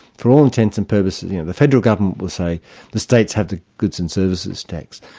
for all intents and purposes, the and the federal government would say the states have the goods and services tax.